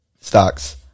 stocks